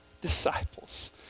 disciples